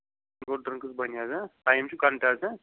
گوٚو ڈرٛنٛکٕس بَنہِ حظ ہا ٹایم چھُ گَنٹہٕ حظ